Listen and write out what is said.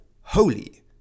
holy